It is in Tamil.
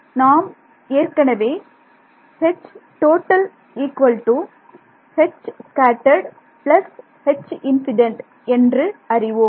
நாம் ஏற்கனவே என்று அறிவோம்